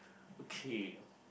okay